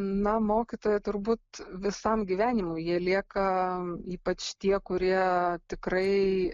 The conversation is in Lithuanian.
na mokytojai turbūt visam gyvenimui jie lieka ypač tie kurie tikrai